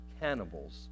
cannibals